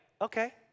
okay